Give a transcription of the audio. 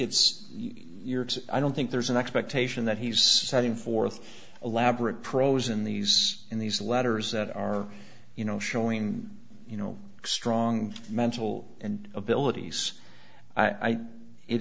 it's i don't think there's an expectation that he's setting forth elaborate prose in these in these letters that are you know showing you know strong mental and abilities i